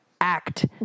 act